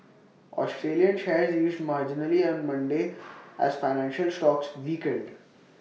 Australian shares eased marginally on Monday as financial stocks weakened